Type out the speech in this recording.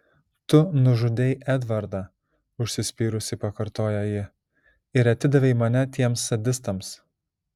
tu nužudei edvardą užsispyrusi pakartoja ji ir atidavei mane tiems sadistams